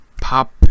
pop